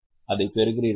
அதைப் பெறுகிறீர்களா